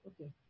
okay